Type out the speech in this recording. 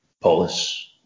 Polis